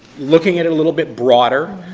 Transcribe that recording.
looking at it a little bit broader,